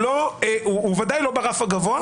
הוא ודאי לא ברף הגבוה.